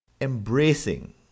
embracing